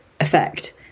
effect